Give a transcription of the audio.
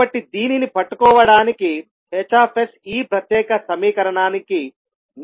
కాబట్టి దీనిని పట్టుకోవడానికి H ఈ ప్రత్యేక సమీకరణానికి నిర్దిష్ట అవసరాన్ని తీర్చాలి